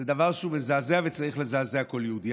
זה דבר שהוא מזעזע וצריך לזעזע כל יהודי.